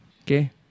Okay